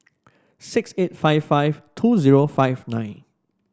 six eight five five two zero five nine